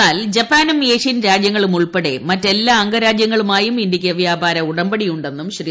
എന്നാൽ ജപ്പാനും ഏഷ്യൻ രാജ്യങ്ങളുമുൾപ്പെടെ മറ്റെല്ലാ അംഗങ്ങളുമായും ഇന്ത്യയ്ക്ക് വ്യാപാര ഉടമ്പടിയുണ്ടെന്നും ശ്രീ